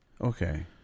Okay